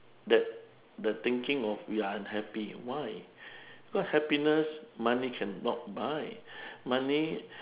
that the thinking of we are unhappy why because happiness money cannot buy money